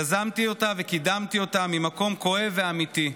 יזמתי אותה וקידמתי אותם ממקום כואב ואמיתי,